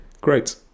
great